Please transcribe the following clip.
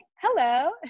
hello